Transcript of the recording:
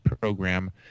program